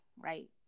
right